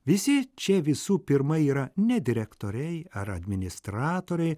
visi čia visų pirma yra ne direktoriai ar administratoriai